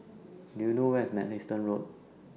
Do YOU know Where IS Mugliston Road